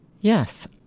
Yes